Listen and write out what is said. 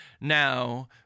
Now